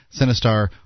Sinistar